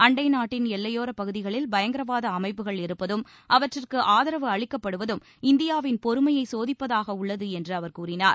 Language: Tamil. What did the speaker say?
அண்டை நாட்டின் எல்லையோரப் பகுதிகளில் பயங்கரவாத அமைப்புகள் இருப்பதும் அவற்றுக்கு ஆதரவு அளிக்கப்படுவதும் இந்தியாவின் பொறுமையை சோதிப்பதாக உள்ளது என்று அவர் கூறினார்